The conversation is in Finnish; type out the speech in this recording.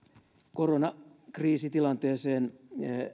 koronakriisitilanteeseen